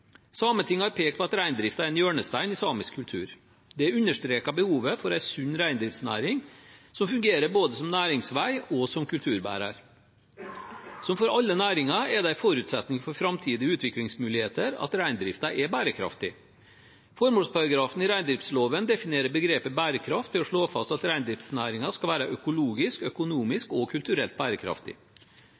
Sametinget har pekt på at reindriften er en hjørnestein i samisk kultur. Det understreker behovet for en sunn reindriftsnæring som fungerer både som næringsvei og som kulturbærer. Som for alle næringer er det en forutsetning for framtidige utviklingsmuligheter at reindriften er bærekraftig. Formålsparagrafen i reindriftsloven definerer begrepet «bærekraft» ved å slå fast at reindriftsnæringen skal være økologisk, økonomisk og kulturelt